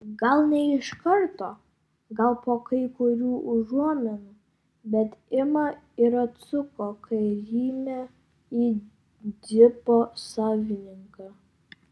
gal ne iš karto gal po kai kurių užuominų bet ima ir atsuka kiaurymę į džipo savininką